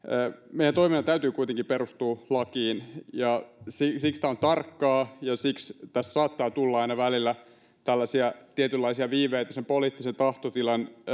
meidän toiminnan täytyy kuitenkin perustua lakiin ja siksi tämä on tarkkaa ja siksi tässä saattaa tulla aina välillä tällaisia tietynlaisia viiveitä poliittisen tahtotilan